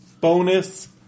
Bonus